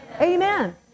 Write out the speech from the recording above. Amen